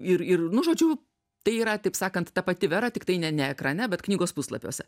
ir ir nu žodžiu tai yra taip sakant ta pati vera tiktai ne ne ekrane bet knygos puslapiuose